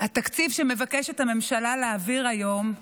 התקציב שמבקשת הממשלה להעביר היום,